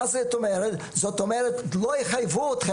שלא יחייבו,